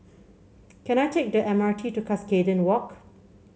can I take the M R T to Cuscaden Walk